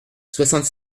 soixante